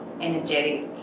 energetic